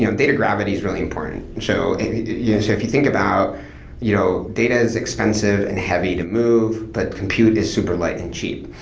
you know data gravity is really important. so yeah so if you think about you know data is expensive and heavy to move, that compute is super light and cheap.